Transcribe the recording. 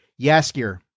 Yaskier